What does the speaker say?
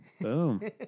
Boom